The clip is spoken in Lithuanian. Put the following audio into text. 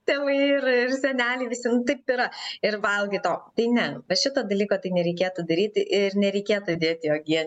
tėvai ir seneliai visi nu taip yra ir valgai to tai ne va šito dalyko tai nereikėtų daryti ir nereikėtų įdėti į uogienę